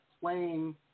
playing